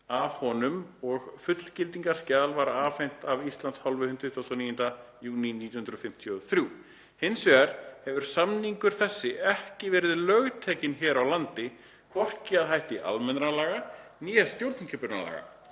að honum og fullgildingarskjal var afhent af Íslands hálfu hinn 29. júní 1953. Hins vegar hefur samningur þessi ekki verið lögtekinn hér á landi, hvorki að hætti almennra laga né stjórnskipunarlaga.